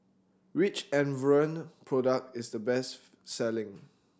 which Enervon product is the best selling